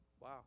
Wow